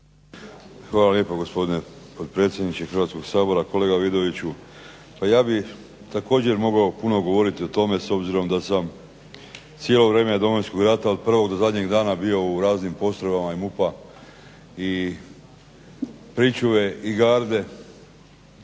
Hvala lijepo gospodine potpredsjedniče Hrvatskoga sabora. Kolega Vidović, ja bih također mogao puno govoriti o tome s obzirom da sam cijelo vrijeme Domovinskog rata od prvog do zadnjeg dana bio u raznim postrojbama i MUP-a i pričuve i garde